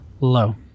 Low